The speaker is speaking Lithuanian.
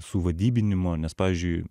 suvadybinimo nes pavyzdžiui